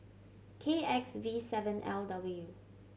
K X V seven L W